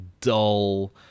dull